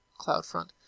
CloudFront